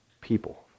people